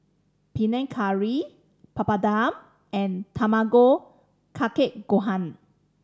Panang Curry Papadum and Tamago Kake Gohan